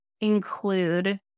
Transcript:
include